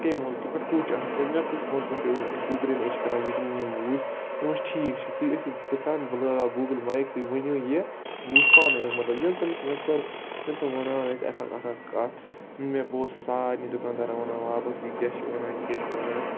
کمہِ ملکہٕ پٮ۪ٹھ کُس چھُ آسان ییٚلہِ مےٚ پرٛژھ تمَن ووٚن أسۍ یوٗکرین أسۍ چھِ کَران یوٗکرین یِمو چھِ مےٚ ٹھیٖک چھِ تُہۍ ٲسِو پرٛژھان بہٕ لاگو گوٗگل مایِک تُہۍ ؤنِو یہِ بہٕ وٕچھٕ پانے اَمیُک مطلب ییٚلہِ تِم مےٚ کٔر ییٚلہِ تِم ونان ٲسۍ اَکھ اَکھ کَتھ مےٚ بہٕ اوسُس سارنٕے دُکاندارَن وَنان واپس یہِ کیٛاہ چھِ ونان یہِ کیٛاہ چھِ وَنان